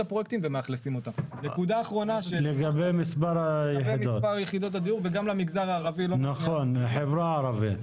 לגבי המספר, ולגבי החברה הערבית